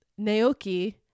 Naoki